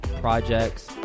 projects